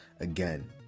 Again